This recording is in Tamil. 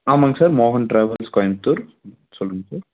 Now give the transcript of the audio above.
ஆமாம்ங்க சார் மோகன் ட்ராவல்ஸ் கோயமுத்தூர் சொல்லுங்கள் சார்